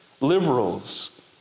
liberals